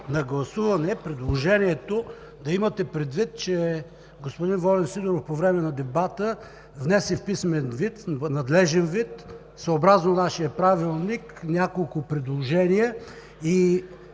на гласуване предложението, да имате предвид, че господин Волен Сидеров по време на дебата внесе в писмен вид, в надлежен вид, съобразно нашия Правилник, няколко предложения.